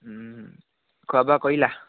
খোৱা বোৱা কৰিলা